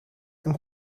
ein